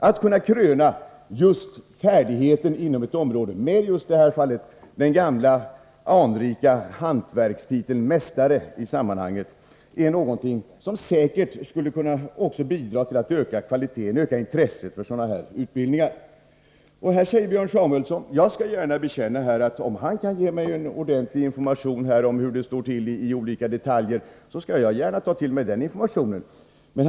Att kunna kröna färdigheten inom ett område med just den gamla anrika hantverkstiteln mästare är någonting som säkert skulle kunna bidra till att öka intresset för sådan här utbildning. Om Björn Samuelson kan ge mig en ordentlig information om hur det står tilli olika detaljer, skall jag gärna ta till mig den informationen.